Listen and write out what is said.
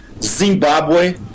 Zimbabwe